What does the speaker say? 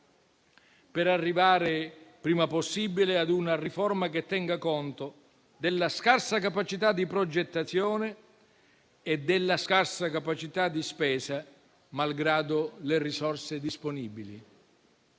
per arrivare, il prima possibile, ad una riforma che tenga conto della scarsa capacità di progettazione e di spesa, malgrado le risorse disponibili.